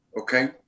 Okay